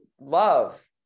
love